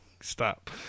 Stop